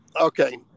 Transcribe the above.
okay